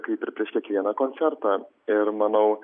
kaip ir prieš kiekvieną koncertą ir manau